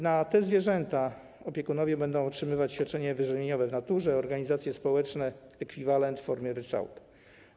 Na te zwierzęta opiekunowie będą otrzymywać świadczenia żywieniowe w naturze, organizacje społeczne - ekwiwalent w formie ryczałtu.